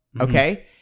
Okay